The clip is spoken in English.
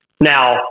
Now